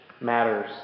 matters